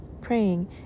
praying